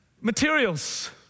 materials